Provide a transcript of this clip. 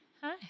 Hi